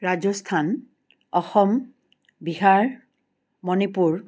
Rajasthan Assam Bihar Manipur